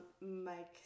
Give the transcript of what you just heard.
Mike